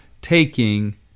taking